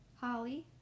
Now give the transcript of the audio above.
Holly